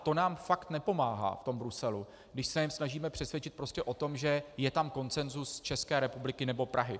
To nám fakt nepomáhá v tom Bruselu, když se je snažíme přesvědčit prostě o tom, že je tam konsenzus České republiky nebo Prahy.